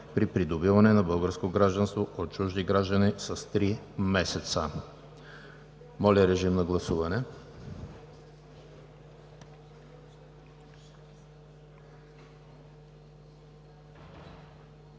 при придобиване на българско гражданство от чужди граждани с три месеца.“ Моля, режим на гласуване. Гласували